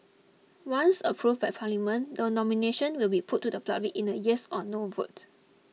once approved by Parliament the nomination will be put to the public in a yes or no vote